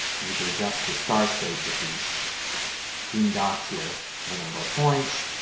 then you can adjust the star shape with these green dots here for the number of points.